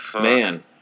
man